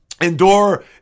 endure